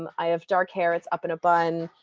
um i have dark hair. it's up in a bun.